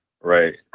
right